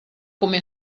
come